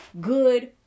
good